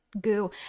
goo